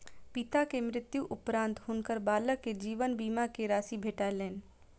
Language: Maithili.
पिता के मृत्यु उपरान्त हुनकर बालक के जीवन बीमा के राशि भेटलैन